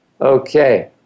Okay